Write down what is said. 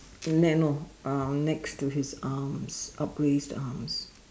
man no um next to his arms upraised arms